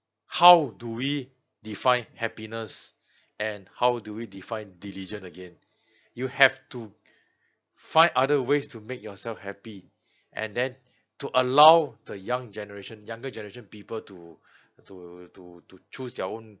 how do we define happiness and how do we define diligent again you have to find other ways to make yourself happy and then to allow the young generation younger generation people to to to to choose their own